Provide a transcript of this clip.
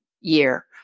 year